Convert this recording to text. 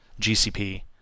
GCP